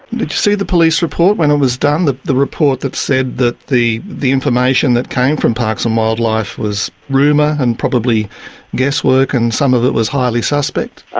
did you see the police report when it was done, the the report that said that the the information that came from parks and wildlife was rumour and probably guesswork and some of it was highly suspect?